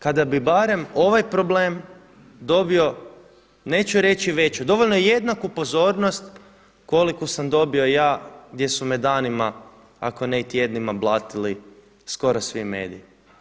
Kada bi barem ovaj problem dobio neću reći veću, dovoljno je jednaku pozornost koliku sam dobio ja gdje su me danima ako ne i tjednima blatili skoro svi mediji.